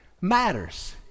matters